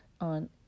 on